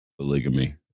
polygamy